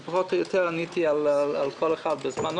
כי פחות או יותר עניתי לכל אחד בזמנו.